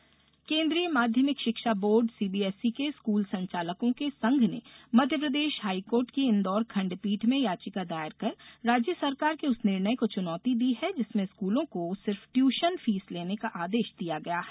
CBSE school याचिका केंद्रीय माध्यमिक शिक्षा बोर्ड सीबीएसई के स्कूल संचालकों के संघ ने मध्य प्रदेश हाई कोर्ट की इंदौर खंडपीठ में याचिका दायर कर राज्य सरकार के उस निर्णय को चुनौती दी है जिसमें स्कूलों को सिर्फ ट्यूशन फीस लेने को आदेश दिया गया है